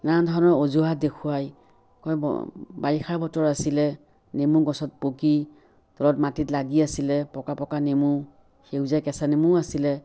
নানা ধৰণৰ অজুহাত দেখুৱাই কয় বাৰিষাৰ বতৰ আছিলে নেমু গছত পকি তলত মাটিত লাগি আছিলে পকা পকা নেমু সেউজীয়া কেঁচা নেমুও আছিলে